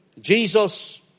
Jesus